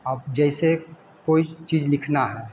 अब जैसे कोई चीज़ लिखना है